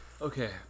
okay